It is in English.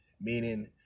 Meaning